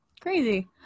crazy